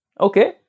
Okay